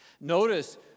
Notice